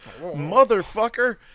motherfucker